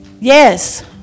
yes